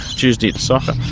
tuesday it's soccer,